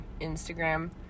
Instagram